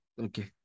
Okay